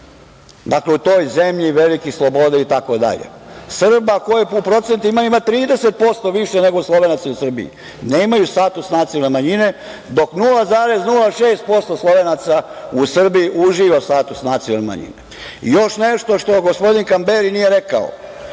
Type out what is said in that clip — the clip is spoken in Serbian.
u toj zemlji velikih sloboda itd. Srbi, kojih u procentima ima 30% više nego Slovenaca u Srbiji, nemaju status nacionalne manjine, dok 0,06% Slovenaca u Srbiji uživa status nacionalne manjine. Još nešto što gospodin Kamberi nije rekao,